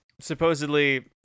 supposedly